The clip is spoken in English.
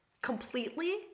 completely